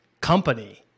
company